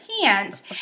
pants